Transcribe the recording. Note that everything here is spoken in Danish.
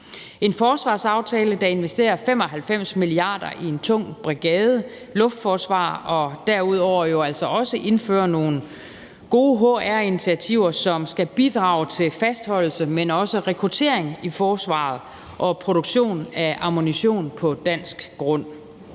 en forsvarsaftale, der investerer 95 mia. kr. i en tung brigade, luftforsvar og derudover også indfører nogle gode HR-initiativer, som skal bidrage til fastholdelse, men også rekruttering i forsvaret og produktion af ammunition på dansk grund.